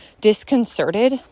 disconcerted